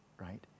right